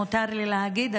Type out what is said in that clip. אם מותר לי להגיד,